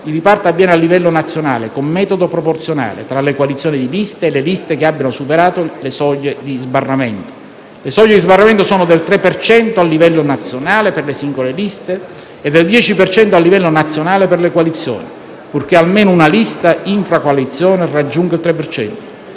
il riparto avviene a livello nazionale, con metodo proporzionale, tra le coalizioni di liste e le liste che abbiano superato le soglie di sbarramento. Le soglie di sbarramento sono del 3 per cento a livello nazionale per le liste singole e del 10 per cento a livello nazionale per le coalizioni (purché almeno una lista intracoalizione raggiunga il 3